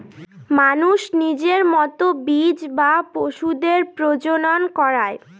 মানুষ নিজের মতো বীজ বা পশুদের প্রজনন করায়